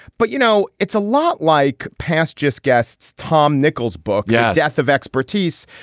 but you know it's a lot like past just guests. tom nichols book yeah death of expertise.